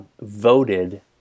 voted